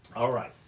all right,